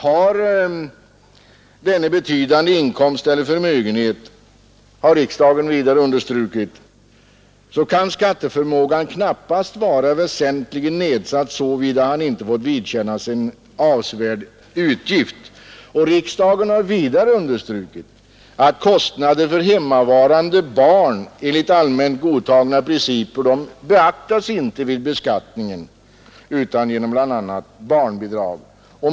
Har denne betydande inkomst eller förmögenhet, har riksdagen vidare understrukit, kan skatteförmågan knappast vara väsentligt nedsatt såvida han inte fått vidkännas en avsevärd utgift. Riksdagen har vidare understrukit att kostnader för hemmavarande barn enligt allmänt godtagna principer inte beaktas vid beskattningen utan i stället kompenseras genom bl.a. barnbidrag.